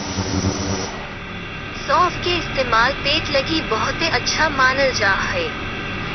सौंफ के इस्तेमाल पेट लगी बहुते अच्छा मानल जा हय